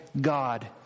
God